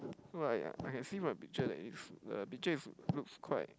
so I I can see from the picture that it's the picture is looks quite